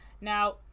Now